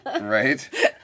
Right